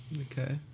Okay